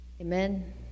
Amen